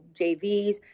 JVs